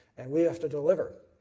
and we have to deliver.